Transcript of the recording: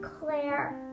Claire